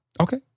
Okay